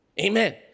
Amen